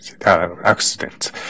accidents